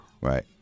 Right